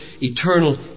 eternal